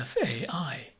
FAI